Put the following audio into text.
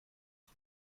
sur